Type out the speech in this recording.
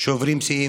שוברים שיאים.